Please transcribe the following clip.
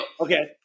Okay